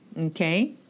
okay